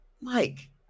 Mike